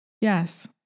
Yes